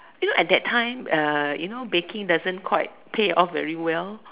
you know at that time uh you know baking doesn't quite pay off very well